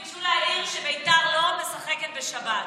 ביקשו להעיר שבית"ר לא משחקת בשבת,